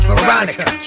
Veronica